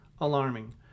Alarming